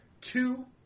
two